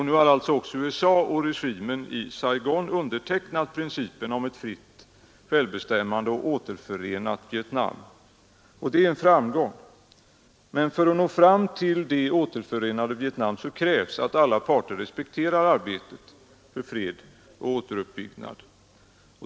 Nu har alltså också USA och regimen i Saigon undertecknat principen om ett fritt, självbestämmande och återförenat Vietnam. Det är en framgång. Men för att nå fram till det återförenade Vietnam krävs att alla parter respekterar arbetet för fred och återuppbyggnad.